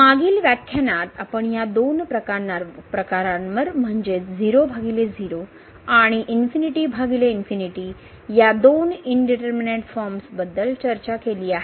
मागील व्याख्यानात आपण या दोन प्रकारांवर म्हणजेच 00 आणि इन्फिनिटी बाय इन्फिनिटी या दोन इनडीटरमीनेट फॉर्म्सबद्दल चर्चा केली आहे